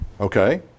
okay